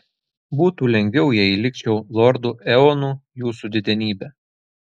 būtų lengviau jei likčiau lordu eonu jūsų didenybe